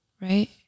right